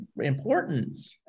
important